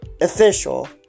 official